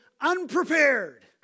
unprepared